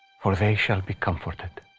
for they shall be comforted.